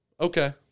okay